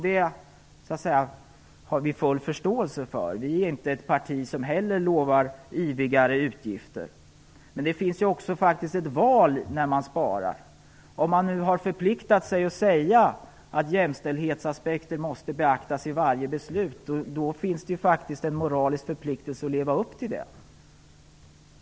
Detta har vi full förståelse för - inte heller vårt parti lovar yvigare utgifter - men det finns faktiskt ett val när man sparar. Om man har förpliktat sig för att jämställdhetsaspekter måste beaktas i varje beslut, har man faktiskt en moralisk skyldighet att leva upp till det.